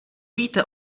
víte